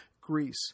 Greece